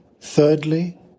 Thirdly